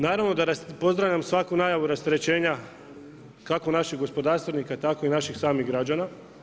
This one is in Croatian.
Naravno da pozdravljam svaku najavu rasterećenja kako napih gospodarstvenika, tako i naših samih građana.